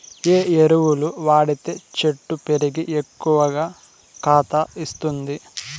ఏ ఎరువులు వాడితే చెట్టు పెరిగి ఎక్కువగా కాత ఇస్తుంది?